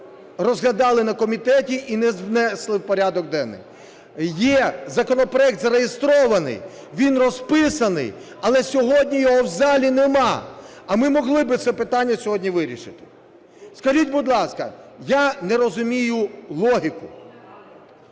розглядали на комітеті і не внесли в порядок денний. Є законопроект зареєстрований, він розписаний, але сьогодні його в залі немає, а ми могли би це питання сьогодні вирішити. Скажіть, будь ласка, я не розумію логіку.